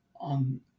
on